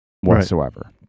whatsoever